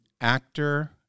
actor